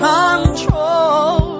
control